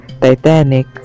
Titanic